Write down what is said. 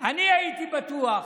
אני הייתי בטוח,